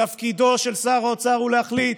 תפקידו של שר האוצר הוא להחליט,